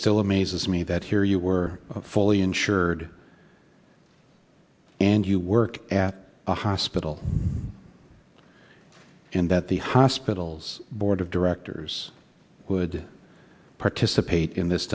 still amazes me that here you were fully insured and you work at a hospital and that the hospital's board of directors would participate in this